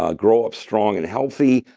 ah grow up strong and healthy.